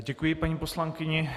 Děkuji paní poslankyni.